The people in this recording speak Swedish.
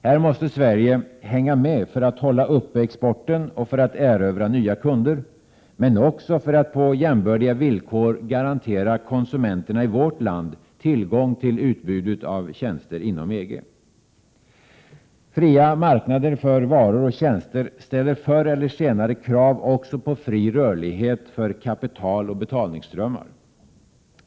Här måste Sverige hänga med för att hålla uppe exporten och erövra nya kunder, men också för att på 17 jämbördiga villkor garantera konsumenterna i vårt land tillgång till utbudet av tjänster inom EG. Fria marknader för varor och tjänster ställer förr eller senare krav också på fri rörlighet för kapitaloch betalningsströmmar.